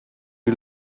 die